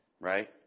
right